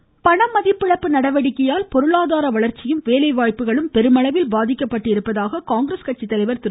மமமமம ராகுல் காந்தி பணமதிப்பிழப்பு நடவடிக்கையால் பொருளாதார வளர்ச்சியும் வேலைவாய்ப்புகளும் பெருமளவில் பாதிக்கப்பட்டுள்ளதாக காங்கிரஸ் கட்சி தலைவர் திரு